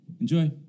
Enjoy